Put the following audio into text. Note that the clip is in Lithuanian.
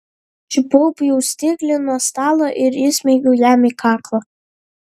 čiupau pjaustiklį nuo stalo ir įsmeigiau jam į kaklą